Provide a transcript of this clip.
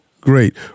Great